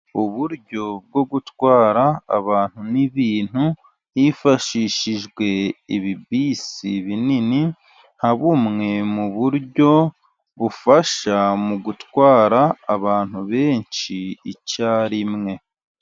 Uburyo bwo gutwara abantu n'ibintu hifashishijwe ibisi binini nka bumwe mu buryo bufasha mu gutwara abantu benshi icyarimwe.